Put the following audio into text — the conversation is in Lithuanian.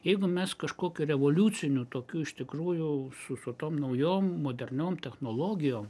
jeigu mes kažkokio revoliucinių tokių iš tikrųjų su su tom naujom moderniom technologijom